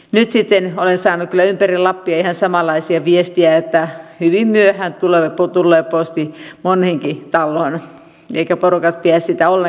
nyt sitten olen saanut kyllä ympäri lappia ihan samanlaisia viestejä että hyvin myöhään tulee posti moneenkin taloon eivätkä porukat pidä sitä ole